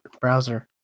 browser